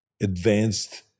advanced